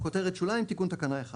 תיקון תקנה 1